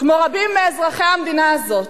כמו רבים מאזרחי המדינה הזאת,